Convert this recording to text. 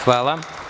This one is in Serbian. Hvala.